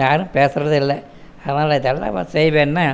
யாரும் பேசுறதே இல்லை அதனால் என்ன செய்யணும்னா